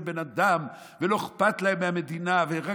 בן אדם ולא אכפת להם מהמדינה וזה כל